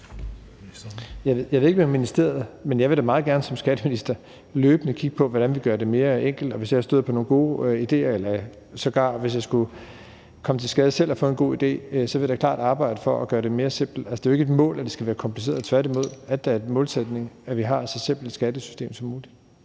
Jeg ved ikke med ministeriet, men jeg vil da meget gerne som skatteminister løbende kigge på, hvordan vi gør det mere enkelt, og hvis jeg støder på nogle gode idéer, ja, hvis jeg sågar selv skulle komme for skade at få en god idé, vil jeg da klart arbejde for at gøre det mere simpelt. Altså, det er jo ikke et mål, at det skal være kompliceret. Tværtimod er det da en målsætning, at vi har et så simpelt skattesystem som muligt.